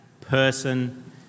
person